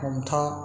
हमथा